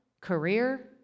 career